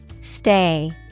STAY